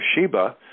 Sheba